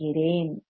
வருகிறேன்